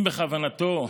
אם בכוונתו,